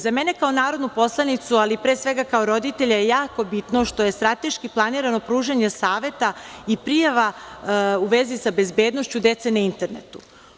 Za mene kao narodnu poslanicu, ali pre svega, kao roditelja je jako bitno što je strateški planirano pružanje saveta i prijava u vezi sa bezbednošću dece na internetu.